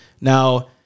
Now